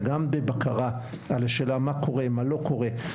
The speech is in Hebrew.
וגם בבקרה על השאלה מה קורה ומה לא קורה.